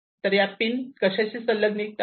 तर या पिन्स कशाशी संलग्नित आहेत